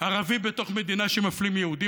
ערבי בתוך מדינה שמפלים יהודים,